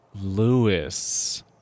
Lewis